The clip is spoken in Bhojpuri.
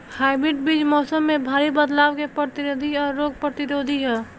हाइब्रिड बीज मौसम में भारी बदलाव के प्रतिरोधी और रोग प्रतिरोधी ह